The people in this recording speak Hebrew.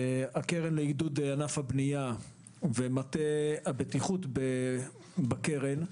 הקרן לעידוד ענף הבנייה ומטה הבטיחות בקרן.